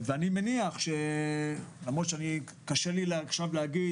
אני מניח שלמרות שקשה לי עכשיו להגיד